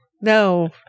no